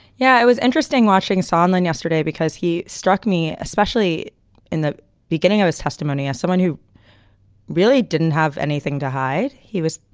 yeah, it was interesting watching saw online yesterday because he struck me, especially in the beginning of his testimony as someone who really didn't have anything to hide he was,